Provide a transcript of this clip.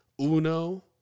Uno